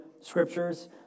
scriptures